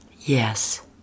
Yes